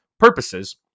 purposes